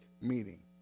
meaning